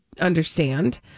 understand